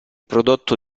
prodotto